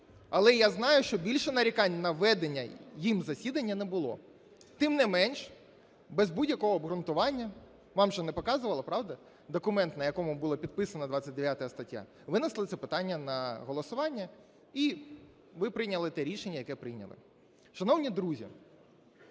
але, я знаю, що більше нарікань на ведення ним засідання не було. Тим не менш, без будь-якого обґрунтування, вам же не показували, правда, документ, на якому було підписана 29 стаття, винесли це питання на голосування і ви прийняли те рішення, яке прийняли. Шановні друзі!